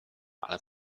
ale